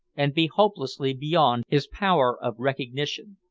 and be hopelessly beyond his power of recognition.